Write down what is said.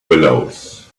willows